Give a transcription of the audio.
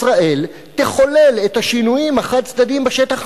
ישראל תחולל את השינויים החד-צדדיים בשטח